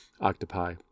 octopi